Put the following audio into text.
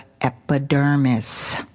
epidermis